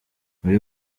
muri